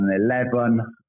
2011